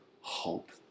hope